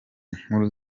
nkuru